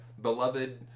beloved